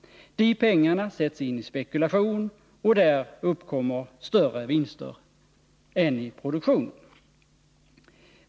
De pengarna används till spekulation, och då uppkommer större vinster än i produktionen.